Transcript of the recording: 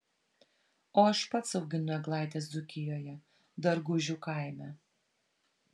o aš pats auginu eglaites dzūkijoje dargužių kaime